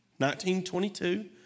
1922